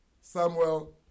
Samuel